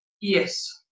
Yes